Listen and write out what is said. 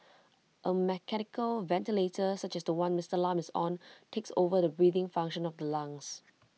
A mechanical ventilator such as The One Mister Lam is on takes over the breathing function of the lungs